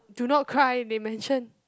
do not cry they mentioned